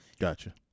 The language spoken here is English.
Gotcha